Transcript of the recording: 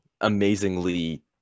amazingly